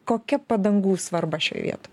kokia padangų svarba šioj vietoj